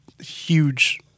huge